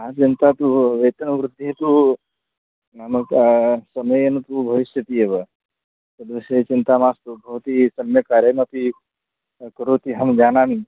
आद्यन्तात्तु वेतनवृत्तिः तु नाम क समयेन तु भविष्यति एव तद्विषये चिन्ता मास्तु भवती सम्यक् कार्यमपि कुरोति अहं जानामि